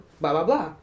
blah-blah-blah